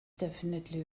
definitely